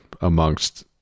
amongst